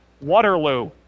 Waterloo